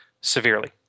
Severely